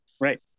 right